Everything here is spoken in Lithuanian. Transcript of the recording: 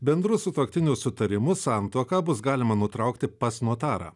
bendru sutuoktinių sutarimu santuoką bus galima nutraukti pas notarą